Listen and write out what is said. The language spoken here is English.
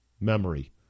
memory